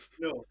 No